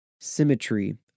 symmetry